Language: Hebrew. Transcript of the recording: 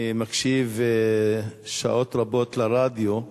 אני מקשיב שעות רבות לרדיו,